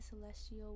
celestial